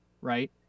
right